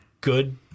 good